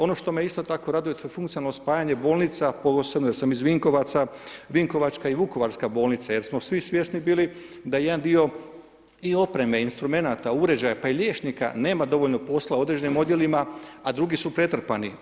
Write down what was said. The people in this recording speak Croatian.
Ono što me isto tako raduje to je funkcionalno spajanje bolnica, posebno jer sam iz Vinkovaca, vinkovačka i vukovarska bolnica jer smo svi svjesni bili da jedan dio i opreme instrumenata, uređaja, pa i liječnika nema dovoljno posla po određenim odjelima, a drugi su pretrpani.